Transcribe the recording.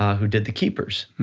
who did the keepers,